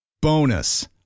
Bonus